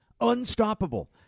unstoppable